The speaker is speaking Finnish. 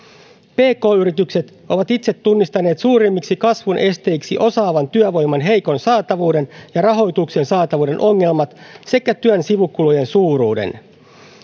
pk yritykset ovat itse tunnistaneet suurimmiksi kasvun esteiksi osaavan työvoiman heikon saatavuuden ja rahoituksen saatavuuden ongelmat sekä työn sivukulujen suuruuden